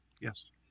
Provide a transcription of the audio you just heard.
Yes